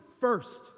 first